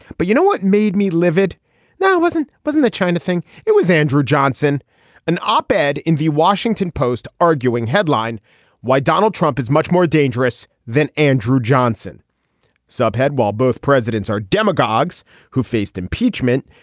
but you know what made me livid now wasn't wasn't the china thing. it was andrew johnson an op ed in the washington post arguing headlined why donald trump is much more dangerous than andrew johnson subhead while both presidents are demagogues who faced impeachment.